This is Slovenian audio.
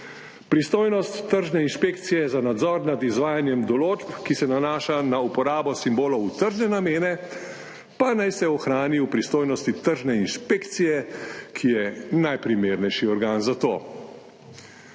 Pristojnost tržne inšpekcije za nadzor nad izvajanjem določb, ki se nanaša na uporabo simbolov v tržne namene, pa naj se ohrani v pristojnosti tržne inšpekcije, ki je najprimernejši organ za to.